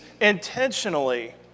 intentionally